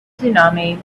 tsunami